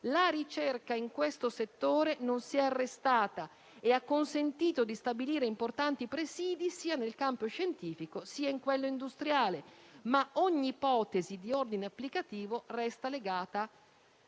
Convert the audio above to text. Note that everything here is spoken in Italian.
la ricerca in questo settore non si è arrestata e ha consentito di stabilire importanti presidi sia nel campo scientifico sia in quello industriale. Ogni ipotesi di ordine applicativo resta legata però